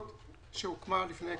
חברה